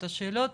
את השאלות,